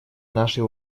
нашей